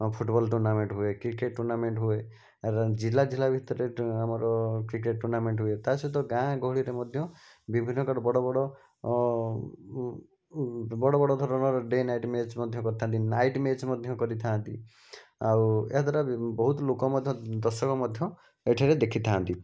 football tournament ହୁଏ cricket tournament ହୁଏ ଜିଲ୍ଲା ଜିଲ୍ଲା ଭିତରେ ଆମର କ୍ରିକେଟ୍ ଟୁର୍ଣ୍ଣାମେଣ୍ଟ ହୁଏ ତା' ସହିତ ଗାଁ ଗହଳିରେ ମଧ୍ୟ ବିଭିନ୍ନ ପ୍ରକାର ବଡ଼ ବଡ଼ ବଡ଼ ବଡ଼ ଧରଣର ଡେ' ନାଇଟ୍ ମ୍ୟାଚ୍ ମଧ୍ୟ କରିଥାନ୍ତି ନାଇଟ୍ ମ୍ୟାଚ୍ ମଧ୍ୟ କରିଥାନ୍ତି ଆଉ ଏହାଦ୍ଵାରା ବହୁତ ଲୋକ ମଧ୍ୟ ଦର୍ଶକ ମଧ୍ୟ ଏଠାରେ ଦେଖିଥାନ୍ତି